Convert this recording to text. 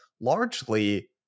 largely